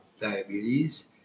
diabetes